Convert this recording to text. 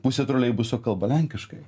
pusė troleibuso kalba lenkiškai